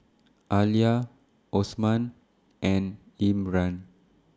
Alya Osman and Imran